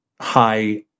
high